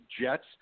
jets